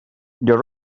your